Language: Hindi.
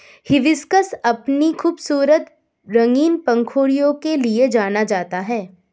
हिबिस्कस अपनी खूबसूरत रंगीन पंखुड़ियों के लिए जाना जाता है